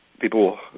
people